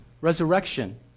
resurrection